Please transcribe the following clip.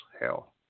hell